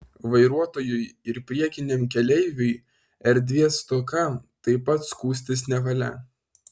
vairuotojui ir priekiniam keleiviui erdvės stoka taip pat skųstis nevalia